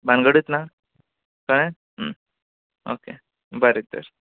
भानगडीत ना कळ्ळें ओके बरें तर